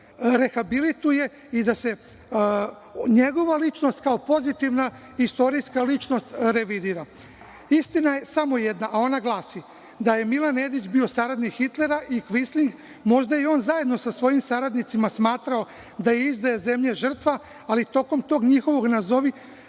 rehabilituje i da se njegova ličnost kao pozitivna, istorijska ličnost, revidira. Istina je samo jedna, a ona glasi, da je Milan Nedić bio saradnik Hitlera i Kvisling, možda zajedno sa svojim saradnicima i on smatrao da je izdaja zemlje žrtva, ali tokom tog njihovog, nazovi,